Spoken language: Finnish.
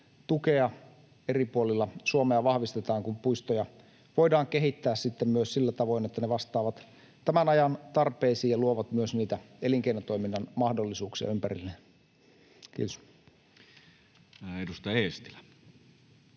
tukea eri puolilla Suomea vahvistetaan, kun puistoja voidaan kehittää sitten myös sillä tavoin, että ne vastaavat tämän ajan tarpeisiin ja luovat myös niitä elinkeinotoiminnan mahdollisuuksia ympärilleen. — Kiitos. [Speech